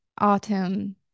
autumn